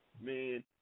man